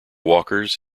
walkers